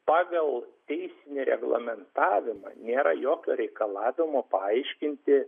pagal teisinį reglamentavimą nėra jokio reikalavimo paaiškinti